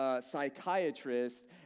psychiatrist